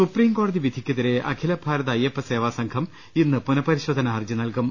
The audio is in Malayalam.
സുപ്രീം കോടതി വിധിക്കെതിരെ അഖിലഭാരത അയ്യപ്പസേവാ സംഘം ഇന്ന് പുനഃപരിശോധനാഹർജി നൽകും